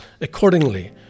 accordingly